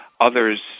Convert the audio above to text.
others